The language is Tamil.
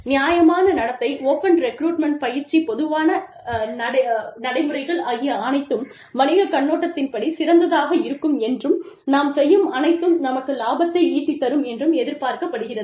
நியாயமான நடத்தை ஓபன் ரெக்ரூட்மெண்ட் பயிற்சி பொதுவான நடைமுறைகள் ஆகிய அனைத்தும் வணிக கண்ணோட்டத்தின் படி சிறந்ததாக இருக்கும் என்றும் நாம் செய்யும் அனைத்தும் நமக்கு லாபத்தை ஈட்டித் தரும் என்றும் எதிர்பார்க்கப்படுகிறது